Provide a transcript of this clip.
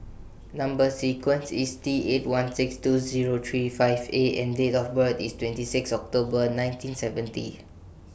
Number sequence IS T eight one six two Zero three five A and Date of birth IS twenty six October nineteen seventy